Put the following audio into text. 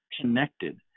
connected